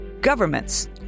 ...governments